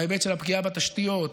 בהיבט של הפגיעה בתשתיות,